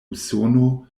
usono